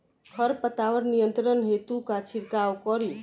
खर पतवार नियंत्रण हेतु का छिड़काव करी?